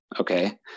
okay